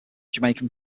jamaican